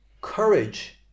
courage